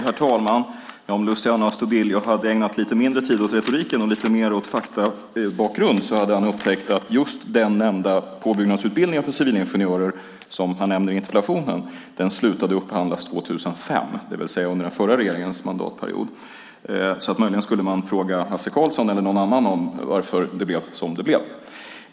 Herr talman! Om Luciano Astudillo hade ägnat lite mindre tid åt retoriken och lite mer åt faktabakgrund hade han upptäckt att just den påbyggnadsutbildning för civilingenjörer som han nämner i interpellationen slutade att upphandlas 2005, det vill säga under den förra regeringens mandatperiod. Möjligen skulle man fråga Hasse Karlsson eller någon annan om varför det blev som det blev.